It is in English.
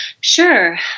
Sure